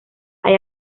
hay